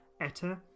Etta